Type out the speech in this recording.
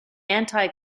anti